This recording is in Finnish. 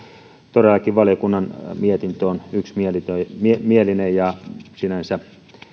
todellakin valiokunnan mietintö on yksimielinen yksimielinen ja sinänsä